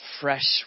fresh